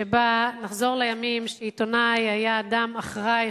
שבה נחזור לימים שעיתונאי היה אדם אחראי,